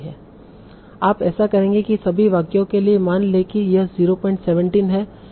आप ऐसा करेंगे कि सभी वाक्यों के लिए मान लें कि यह 017 है